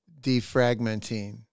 defragmenting